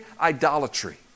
idolatry